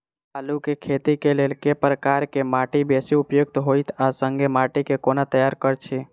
आलु केँ खेती केँ लेल केँ प्रकार केँ माटि बेसी उपयुक्त होइत आ संगे माटि केँ कोना तैयार करऽ छी?